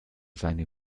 seine